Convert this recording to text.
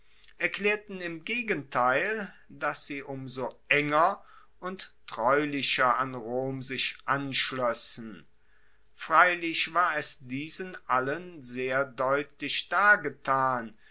erklaerten im gegenteil dass sie um so enger und treulicher an rom sich anschloessen freilich war es diesen allen sehr deutlich dargetan